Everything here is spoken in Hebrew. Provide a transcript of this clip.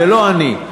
ולא אני.